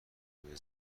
روی